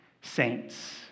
Saints